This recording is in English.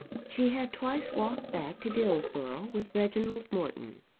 she had twice walked back to dillsborough with reginald morton,